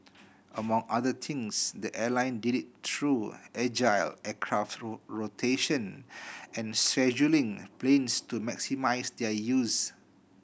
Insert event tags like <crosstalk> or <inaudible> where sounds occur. among other things the airline did it through agile aircraft <unintelligible> rotation and scheduling planes to maximise their use